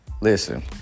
Listen